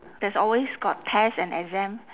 there's always got test and exam